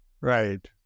Right